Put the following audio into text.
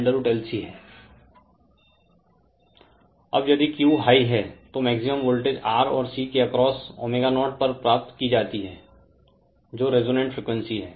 Refer Slide Time 1602 अब यदि Q high है तो मैक्सिमम वोल्टेज R और C के अक्रॉस ω0 पर प्राप्त की जाती है जो रेसोनान्स फ्रीक्वेंसी है